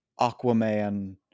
aquaman